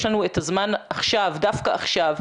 יש לנו את הזמן דווקא עכשיו.